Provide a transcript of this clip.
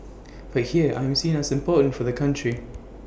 but here I'm seen as important for the country